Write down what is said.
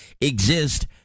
exist